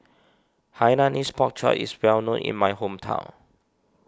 Hainanese Pork Chop is well known in my hometown